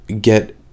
get